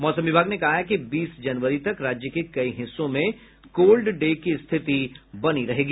मौसम विभाग ने कहा है कि बीस जनवरी तक राज्य के कई हिस्सों में कोल्ड डे की स्थिति बनी रहेगी